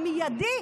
המיידי,